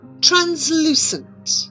Translucent